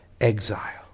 exile